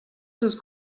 sus